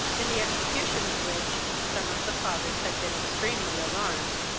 in the execution of which some of the fathers had been extremely alarmed,